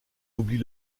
oublie